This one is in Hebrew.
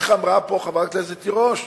איך אמרה פה חברת הכנסת תירוש,